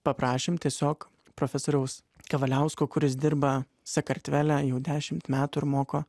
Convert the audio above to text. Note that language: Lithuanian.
paprašėm tiesiog profesoriaus kavaliausko kuris dirba sakartvele jau dešimt metų ir moko